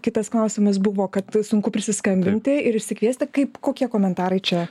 kitas klausimas buvo kad sunku prisiskambinti ir išsikviesti kaip kokie komentarai čia